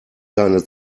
seine